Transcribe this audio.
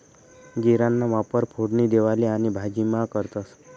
जीराना वापर फोडणी देवाले आणि भाजीमा करतंस